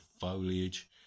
foliage